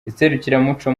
iserukiramuco